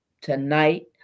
tonight